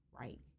right